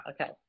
Okay